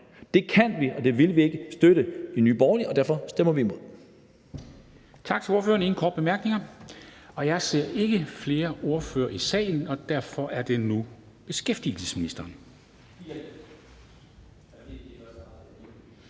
Det kan og vil vi ikke støtte i Nye Borgerlige, og derfor stemmer vi imod.